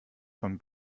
von